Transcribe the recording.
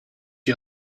you